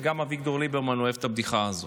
וגם אביגדור ליברמן אוהב את הבדיחה הזאת.